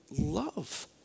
love